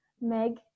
meg